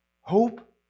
Hope